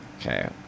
Okay